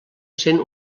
sent